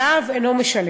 אבל האב אינו משלם.